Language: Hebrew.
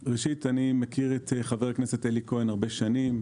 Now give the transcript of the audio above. אני מכיר את חבר הכנסת אלי כהן הרבה שנים.